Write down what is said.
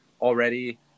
already